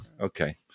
Okay